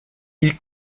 ils